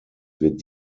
wird